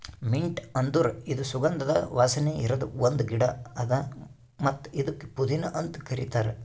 mint ಅಂದುರ್ ಇದು ಸುಗಂಧದ ವಾಸನೆ ಇರದ್ ಒಂದ್ ಗಿಡ ಅದಾ ಮತ್ತ ಇದುಕ್ ಪುದೀನಾ ಅಂತ್ ಕರಿತಾರ್